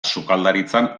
sukaldaritzan